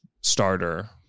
starter